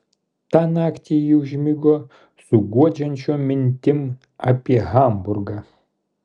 tą naktį ji užmigo su guodžiančiom mintim apie hamburgą